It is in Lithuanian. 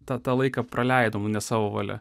tą tą laiką praleidom ne savo valia